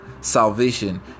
salvation